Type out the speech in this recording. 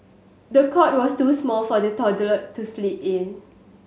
the cot was too small for the toddler to sleep in